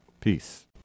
Peace